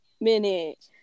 Minute